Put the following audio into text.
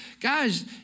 guys